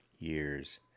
years